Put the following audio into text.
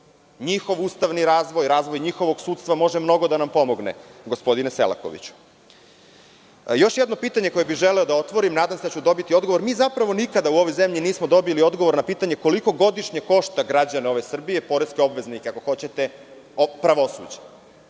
Njihov ustavni razvoj, razvoj njihovog sudstva može mnogo da nam pomogne, gospodine Selakoviću. Još jedno pitanje koje bi želeo da otvorim, nadam se da ću dobiti odgovor, mi zapravo nikada u ovoj zemlji nismo dobili odgovor na pitanje koliko godišnje košta građane ove Srbije, poreske obveznike ako hoćete, pravosuđe?